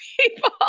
people